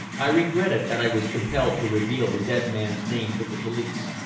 i regretted that i was compelled to reveal the dead man's name to the police,